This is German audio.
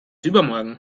übermorgen